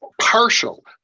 partial